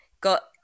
got